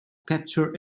capture